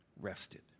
rested